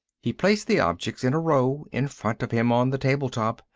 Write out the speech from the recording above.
he placed the objects in a row in front of him on the table top.